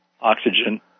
oxygen